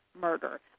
murder